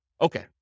Okay